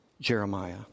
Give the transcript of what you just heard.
Jeremiah